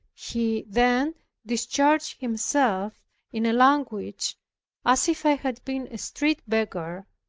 he then discharged himself in language as if i had been a street beggar,